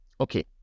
Okay